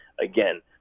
Again